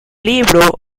libro